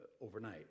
overnight